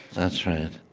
that's right,